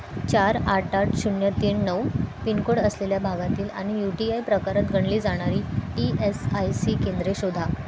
चार आठ आठ शून्य तीन नऊ पिनकोड असलेल्या भागातील आणि यू टी आय प्रकारात गणली जाणारी ई एस आय सी केंद्रे शोधा